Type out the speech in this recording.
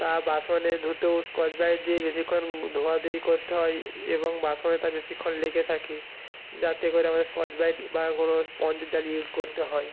তা বাসনে ধুতেও স্কচ ব্রাইট দিয়ে বেশিক্ষণ ধোয়াধুয়ি করতে হয় এবং বাসনে তা বেশিক্ষণ লেগে থাকে যাতে করে আমাদের স্কচ ব্রাইট বা কোনও স্পঞ্জ জালি ইউজ করতে হয়